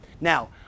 Now